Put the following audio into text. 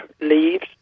leaves